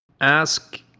ask